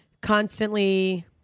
constantly